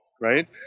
right